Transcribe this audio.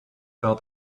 felt